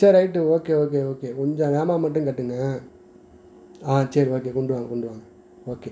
சேரி right okay okay okay கொஞ்சம் வேகமாக மட்டும் கட்டுங்கள் ஆ சரி ஓகே கொண்டு வாங்க கொண்டு வாங்க ஓகே